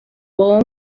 بابام